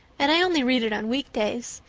and i only read it on weekdays.